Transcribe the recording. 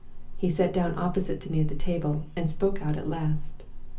he sat down opposite to me at the table, and spoke out at last.